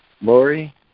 Lori